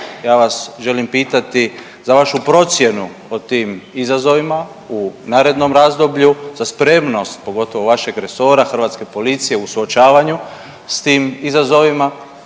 Ja vas želim pitati za vašu procjenu po tim izazovima u narednom razdoblju, za spremnost pogotovo vašeg resora Hrvatske policije u suočavanju s tim izazovima.